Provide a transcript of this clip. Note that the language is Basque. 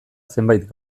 zenbait